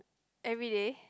everyday